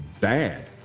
bad